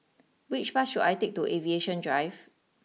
which bus should I take to Aviation Drive